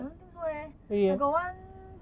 I don't think so leh I got one